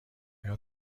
آیا